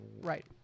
right